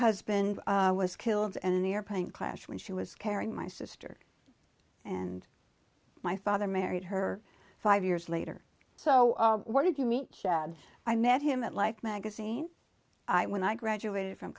husband was killed and in the airplane crash when she was carrying my sister and my father married her five years later so why did you meet chad i met him at life magazine when i graduated from